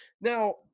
now